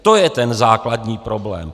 To je ten základní problém.